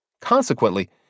Consequently